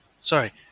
sorry